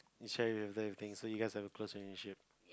can share with them with things so you guys have a close relationship